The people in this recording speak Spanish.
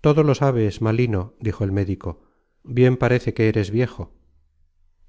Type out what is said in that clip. todo lo sabes malino dijo el médico bien parece que eres viejo